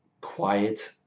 quiet